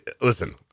listen